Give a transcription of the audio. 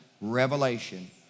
revelation